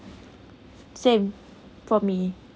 same for me